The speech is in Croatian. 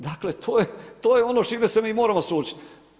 Dakle, to je ono s čime se mi moramo suočiti.